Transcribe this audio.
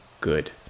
good